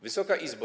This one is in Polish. Wysoka Izbo!